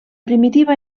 primitiva